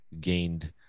gained